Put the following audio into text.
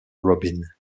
robin